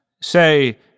Say